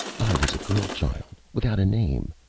i was a girl-child, without a name.